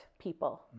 people